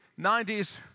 90s